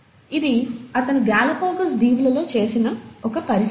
ఇది అతను గాలాపాగోస్ దీవులలో చేసిన ఒక పరిశీలన